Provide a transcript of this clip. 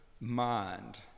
mind